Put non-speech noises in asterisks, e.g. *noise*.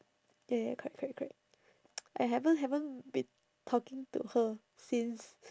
ya ya correct correct correct *noise* I haven't haven't been talking to her since